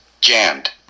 jammed